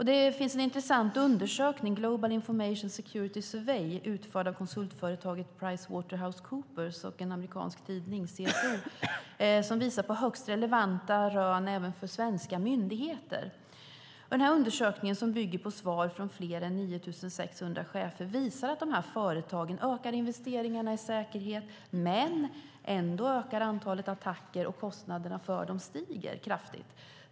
Det finns en intressant undersökning - Global Information Security Survey - som är utförd av konsultföretaget Pricewaterhouse Coopers och en amerikansk tidning, CSO, som visar på högst relevanta rön även för svenska myndigheter. Undersökningen, som bygger på svar från fler än 9 600 chefer, visar att företagen ökar investeringarna i säkerhet, men att antalet attacker ändå ökar och att kostnaderna för dem stiger kraftigt.